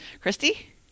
Christy